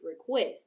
request